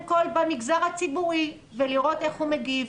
כל במגזר הציבורי ולראות איך הוא מגיב.